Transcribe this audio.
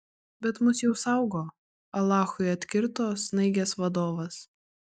bet mus jau saugo alachui atkirto snaigės vadovas